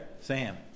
Sam